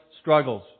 struggles